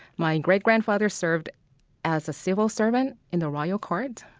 my great-grandfather served as a civil servant in the royal court.